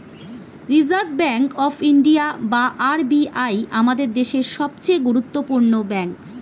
reserve bank of India বা RBI আমাদের দেশের সবচেয়ে গুরুত্বপূর্ণ ব্যাঙ্ক